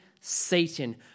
Satan